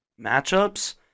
matchups